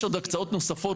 יש עוד הקצאות נוספות,